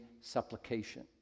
supplication